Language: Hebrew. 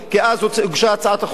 כי אז הוגשה הצעת החוק.